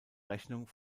rechnung